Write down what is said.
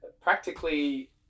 Practically